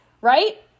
right